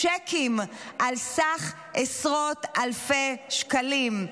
צ'קים על סך עשרות אלפי שקלים.